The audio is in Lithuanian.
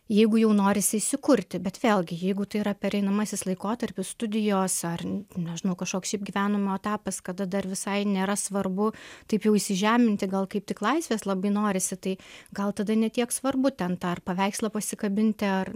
jeigu jau norisi įsikurti bet vėlgi jeigu tai yra pereinamasis laikotarpis studijos ar ne nežinau kažkoks šiaip gyvenimo etapas kada dar visai nėra svarbu taip jau įsižeminti gal kaip tik laisvės labai norisi tai gal tada ne tiek svarbu ten tą ar paveikslą pasikabinti ar